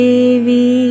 Devi